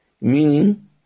meaning